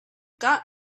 got